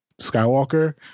Skywalker